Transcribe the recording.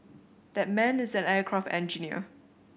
that man is an aircraft engineer